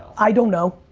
i don't know.